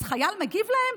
אז חייל מגיב להם?